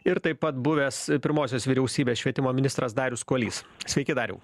ir taip pat buvęs pirmosios vyriausybės švietimo ministras darius kuolys sveiki dariau